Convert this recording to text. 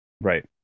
Right